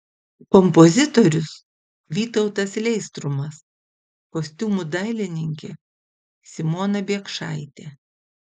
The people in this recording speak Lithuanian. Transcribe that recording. kompozitorius vytautas leistrumas kostiumų dailininkė simona biekšaitė